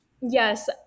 Yes